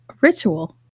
ritual